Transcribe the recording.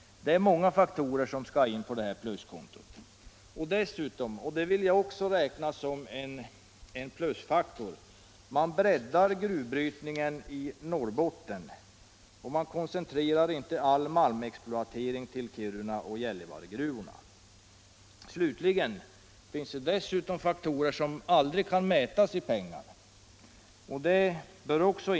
Det är många faktorer som skall in på det pluskontot. Dessutom —- och det räknar jag som en högst betydande plusfaktor — breddar man gruvbrytningen i Norrbotten och koncentrerar inte all malmexploatering till Kiruna och Gällivaregruvorna. Slutligen bör man också på pluskontot sätta upp vad detta ger människor utöver det rent materiella.